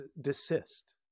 desist